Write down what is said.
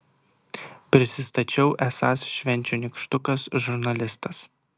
prisistačiau esąs švenčių nykštukas žurnalistas